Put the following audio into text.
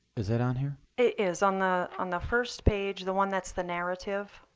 is it on here? it is. on the on the first page, the one that's the narrative.